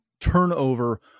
turnover